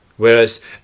Whereas